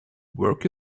work